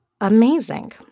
Amazing